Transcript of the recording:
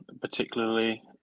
particularly